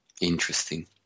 Interesting